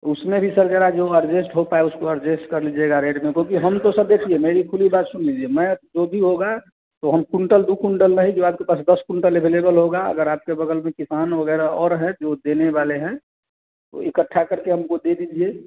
उसमें भी सर ज़रा जो अड़जेस्ट होता है उसको अरजेस्ट कर लीजिएगा रेट में क्योंकि हम तो सर देखिए मेरी खुली बात सुन लीजिए मैं जो भी होगा तो हम कुंटल दो कुंटल रही जो आपके पास दस कुंटल एवेलेबल होगा अगर आपके बग़ल में किसान वग़ैरह और हैं जो देने वाले हैं तो इकट्ठा करके हमको दे दीजिए